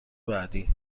بعدی